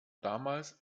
damals